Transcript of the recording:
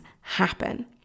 happen